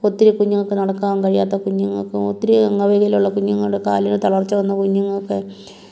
ഒത്തിരി കുഞ്ഞുങ്ങൾക്ക് നടക്കാൻ കഴിയാത്ത കുഞ്ഞുങ്ങൾക്ക് ഒത്തിരി അംഗവൈകല്യമുള്ള കുഞ്ഞുങ്ങളുടെ കാലിന് തളർച്ച വന്ന കുഞ്ഞുങ്ങൾക്ക്